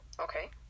Okay